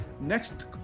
next